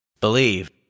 Believe